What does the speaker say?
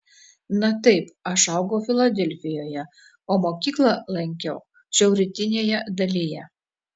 na taip aš augau filadelfijoje o mokyklą lankiau šiaurrytinėje dalyje